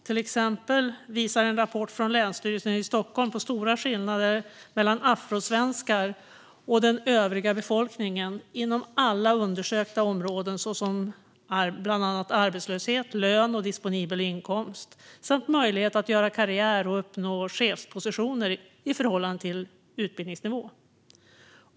Till exempel visar en rapport från Länsstyrelsen i Stockholm på stora skillnader mellan afrosvenskar och den övriga befolkningen inom alla undersökta områden, bland annat när det gäller arbetslöshet, lön och disponibel inkomst samt möjlighet att göra karriär och uppnå chefspositioner i förhållande till utbildningsnivå.